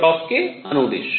kℏ के अनुदिश